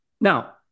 now